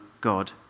God